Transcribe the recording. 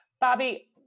Bobby